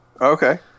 Okay